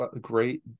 great